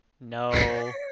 no